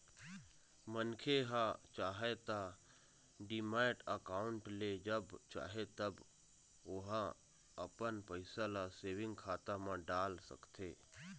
मनखे ह चाहय त डीमैट अकाउंड ले जब चाहे तब ओहा अपन पइसा ल सेंविग खाता म डाल सकथे